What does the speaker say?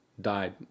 died